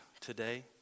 today